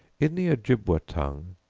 in the ojibwa tongue,